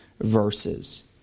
verses